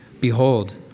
Behold